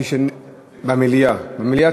במליאה, במליאה.